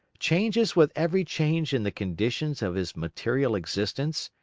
changes with every change in the conditions of his material existence,